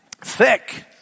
Thick